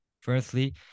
Firstly